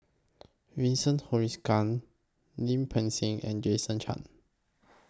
Vincent Lim Peng Siang and Jason Chan